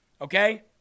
okay